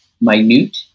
minute